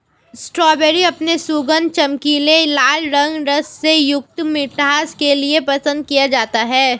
strawberry अपने सुगंध, चमकीले लाल रंग, रस से युक्त मिठास के लिए पसंद किया जाता है